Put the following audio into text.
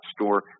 Store